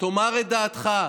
תאמר את דעתך,